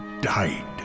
Died